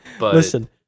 Listen